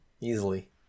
Easily